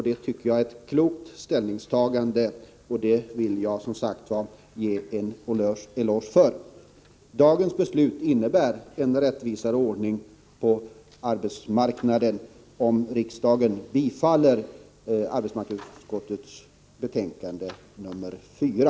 Det är ett klokt ställningstagande, och jag vill ge socialdemokraterna en eloge för detta. Det beslut vi skall fatta i dag kommer att innebära en rättvisare ordning på arbetsmarknaden, om kammaren bifaller arbetsmarknadsutskottets hemställan i betänkande nr 4.